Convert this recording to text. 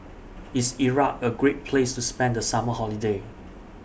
IS Iraq A Great Place to spend The Summer Holiday